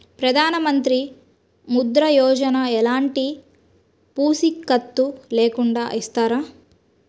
ప్రధానమంత్రి ముద్ర యోజన ఎలాంటి పూసికత్తు లేకుండా ఇస్తారా?